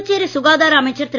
புதுச்சேரி சுகாதார அமைச்சர் திரு